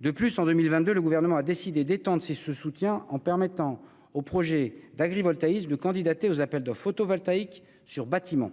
De plus, en 2022, le Gouvernement a décidé d'étendre ce soutien en permettant aux porteurs de projets agrivoltaïques de répondre aux appels d'offres photovoltaïques sur les bâtiments.